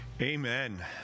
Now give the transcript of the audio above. Amen